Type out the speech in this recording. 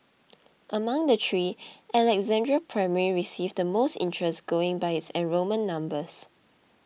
among the three Alexandra Primary received the most interest going by its enrolment numbers